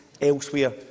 elsewhere